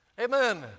Amen